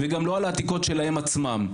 וגם לא על העתיקות שלהם עצמם.